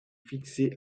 fixée